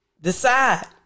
Decide